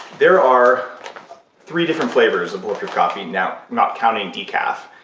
there are three different flavors of bulletproof coffee now, not counting decaf,